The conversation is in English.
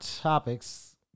topics